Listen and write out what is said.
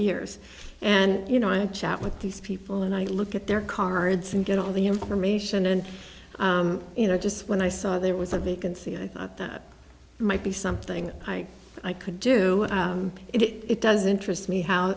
years and you know i chat with these people and i look at their cards and get all the information and you know just when i saw there was a vacancy i thought that might be something i could do it does interest me how